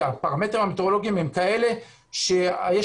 והפרמטרים המטאורולוגיים הם כאלה שיש